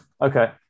okay